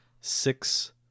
Six